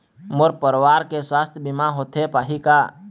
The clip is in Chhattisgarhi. मोर परवार के सुवास्थ बीमा होथे पाही का?